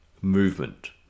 movement